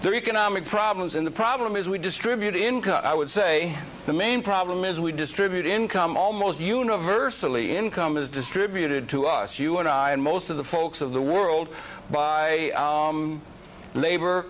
the economic problems in the problem is we distribute income i would say the main problem is we distribute income almost universally income is distributed to us you and i and most of the folks of the world by labor